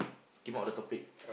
came out the topic